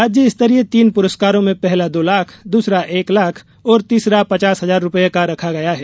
राज्यस्तरीय तीन पुरस्कारों में पहला दो लाख दूसरा एक लाख और तीसरा पचास हजार रुपये का रखा गया है